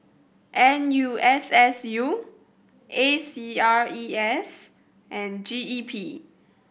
N U S S U A C R E S and G E P